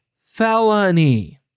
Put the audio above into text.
felony